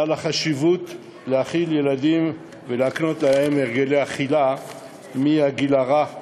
לנוכח החשיבות שיש בהאכלת ילדים ובהקניית הרגלי אכילה מהגיל הרך,